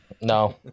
No